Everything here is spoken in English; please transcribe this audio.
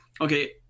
okay